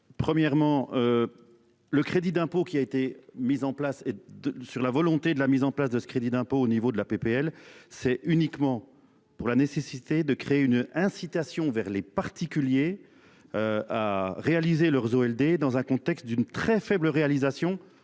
Premièrement. Le crédit d'impôt qui a été mise en place de sur la volonté de la mise en place de ce crédit d'impôt au niveau de la PPL, c'est uniquement pour la nécessité de créer une incitation vers les particuliers. À réaliser leurs Zolder dans un contexte d'une très faible, réalisation